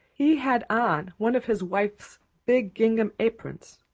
he had on one of his wife's big gingham aprons.